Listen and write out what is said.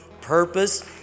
purpose